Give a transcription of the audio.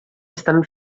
estan